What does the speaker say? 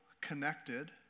connected